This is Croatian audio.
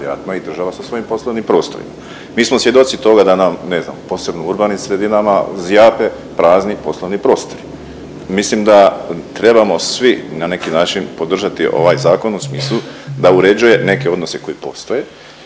i država sa svojim poslovnim prostorima. Mi smo svjedoci toga da nam, ne znam posebno u urbanim sredinama zjape prazni poslovni prostori. Mislim da trebamo svi na neki način podržati ovaj zakon u smislu da uređuje neke odnose koji postoje